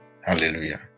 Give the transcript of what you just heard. Hallelujah